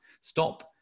stop